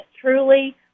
truly